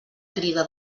crida